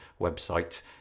website